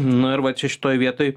nu ir va čia šitoj vietoj